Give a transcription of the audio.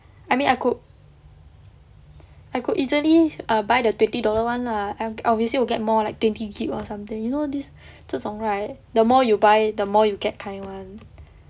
I mean I could I could easily buy the twenty dollar [one] lah obviously will get more like twenty gb or something you know this 这种 right the more you buy the more you get kind [one]